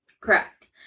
Correct